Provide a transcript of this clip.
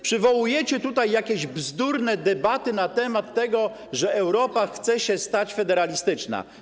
Przywołujecie tutaj jakieś bzdurne debaty na temat tego, że Europa chce się stać federalistyczna.